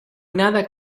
nada